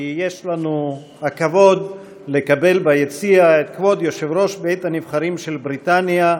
כי יש לנו הכבוד לקבל ביציע את כבוד יושב-ראש בית-הנבחרים של בריטניה,